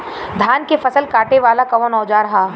धान के फसल कांटे वाला कवन औजार ह?